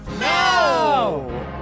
No